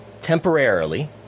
temporarily